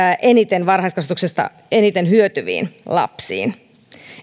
eniten varhaiskasvatuksesta eniten hyötyviin lapsiin